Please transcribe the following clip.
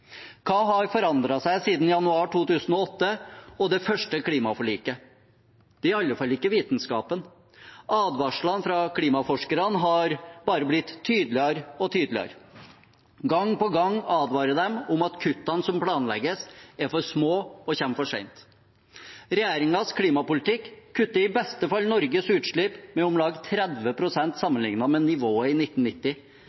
Hva har forandret seg siden januar 2008 og det første klimaforliket? Det er i alle fall ikke vitenskapen. Advarslene fra klimaforskerne har bare blitt tydeligere og tydeligere. Gang på gang advarer de om at kuttene som planlegges, er for små og kommer for sent. Regjeringens klimapolitikk kutter i beste fall Norges utslipp med om lag